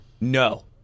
no